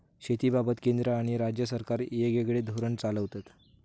शेतीबाबत केंद्र आणि राज्य सरकारा येगयेगळे धोरण चालवतत